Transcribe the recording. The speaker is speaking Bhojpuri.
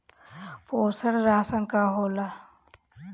पोषण राशन का होला?